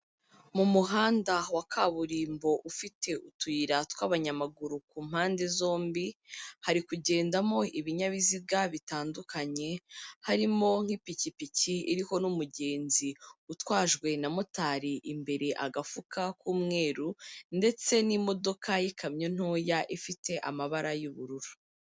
Mu muhanda wa kaburimbo ufite utuyira tw'abanyamaguru ku mpande zombi, hari kugendamo ibinyabiziga bitandukanye, harimo nk'ipikipiki iriho n'umugenzi, utwajwe na motari imbere agafuka k'umweru, ndetse n'imodoka y'ikamyo ntoya ifite amabara y'ubururu.